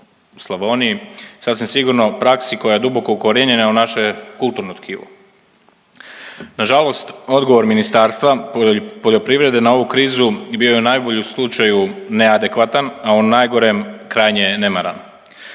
u Slavoniji. Sasvim sigurno praksi koja je duboko ukorijenjena u naše kulturno tkivo. Na žalost odgovor Ministarstva poljoprivrede na ovu krizu bio je najbolji u slučaju neadekvatan, a u najgorem krajnje nemaran.